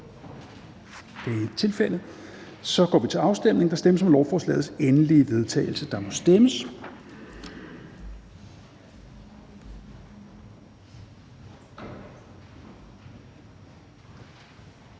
Helveg Petersen): Der stemmes om lovforslagets endelige vedtagelse, og der må stemmes.